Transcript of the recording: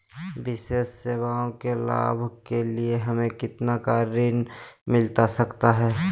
विशेष सेवाओं के लाभ के लिए हमें कितना का ऋण मिलता सकता है?